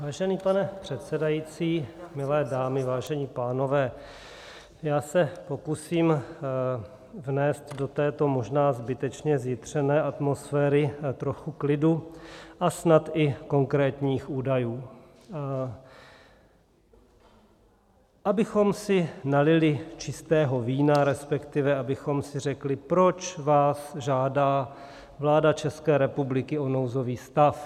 Vážený pane předsedající, milé dámy, vážení pánové, já se pokusím vnést do této možná zbytečně zjitřené atmosféry trochu klidu a snad i konkrétních údajů, abychom si nalili čistého vína, respektive abychom si řekli, proč vás žádá vláda České republiky o nouzový stav.